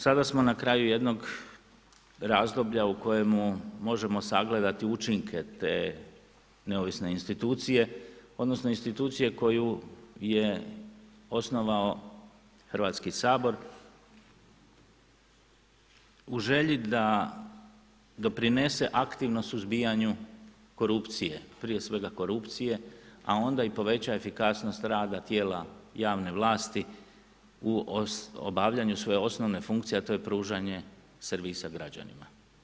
Sada smo na kraju jednog razdoblja u kojemu možemo sagledati učinke te neovisne institucije odnosno institucije koju je osnovao Hrvatski sabor u želji da doprinese aktivnom suzbijanju korupcije, prije svega korupcije, a onda i poveća efikasnost rada tijela javne vlasti u obavljanju svoje osnovne funkcije, a to je pružanje servisa građanima.